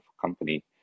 company